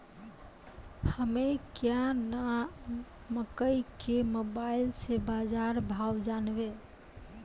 हमें क्या नाम मकई के मोबाइल से बाजार भाव जनवे?